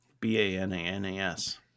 B-A-N-A-N-A-S